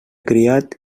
criat